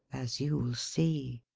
as you will see.